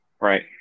Right